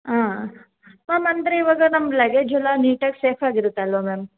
ಆಂ ma'am ಅಂದರೆ ಇವಾಗ ನಮ್ಮ ಲಗೇಜ್ ಎಲ್ಲ ನೀಟಾಗಿ ಸೇಫಾಗಿ ಇರುತ್ತಲ್ವ ಮ್ಯಾಮ್